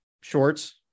shorts